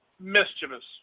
mischievous